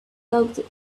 thought